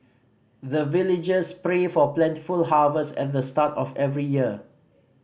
the villagers pray for plentiful harvest at the start of every year